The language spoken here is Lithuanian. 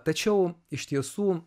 tačiau iš tiesų